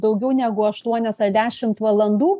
daugiau negu aštuonias ar dešimt valandų